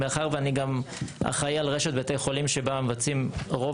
מאחר ואני גם אחראי על רשת בתי החולים שבה מצבעים רוב